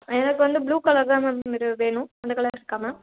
எனக்கு வந்து blue colour தான் மேம் இது வேணும் அந்த கலர் இருக்கா மேம்